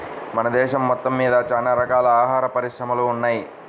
మన దేశం మొత్తమ్మీద చానా రకాల ఆహార పరిశ్రమలు ఉన్నయ్